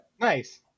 Nice